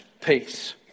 peace